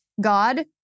God